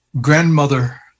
grandmother